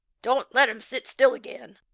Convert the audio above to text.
don't let him sit still again!